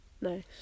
Nice